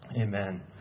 Amen